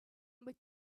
but